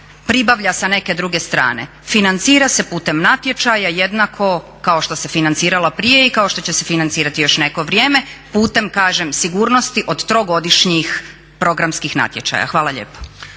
pribavlja sa neke druge strane. Financira se putem natječaja jednako kao što se financirala prije i kao što će se financirati još neko vrijeme putem kažem sigurnosti od 3-godišnjih programskih natječaja. Hvala lijepa.